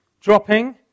dropping